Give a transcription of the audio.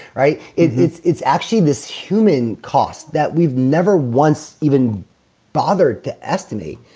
right it's it's actually this human cost that we've never once even bothered to estimate,